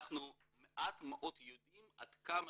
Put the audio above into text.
אנחנו מעט מאוד יודעים עד כמה